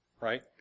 right